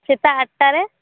ᱥᱮᱛᱟᱜ ᱟᱴᱼᱴᱟᱨᱮ